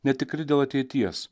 netikri dėl ateities